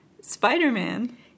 Spider-Man